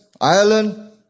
Ireland